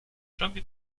robi